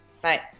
Bye